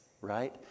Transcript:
right